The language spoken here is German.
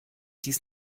dies